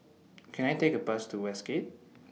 Can I Take A Bus to Westgate